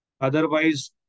Otherwise